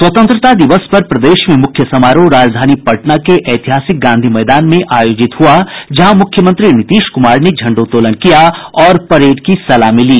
स्वतंत्रता दिवस पर प्रदेश में मुख्य समारोह राजधानी पटना के ऐतिहासिक गांधी मैदान में आयोजित हुआ जहां मुख्यमंत्री नीतीश कुमार ने झंडोत्तोलन किया और परेड की सलामी ली